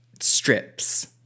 strips